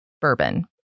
bourbon